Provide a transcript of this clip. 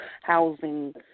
housing